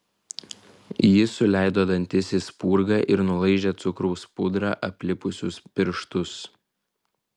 ji suleido dantis į spurgą ir nulaižė cukraus pudra aplipusius pirštus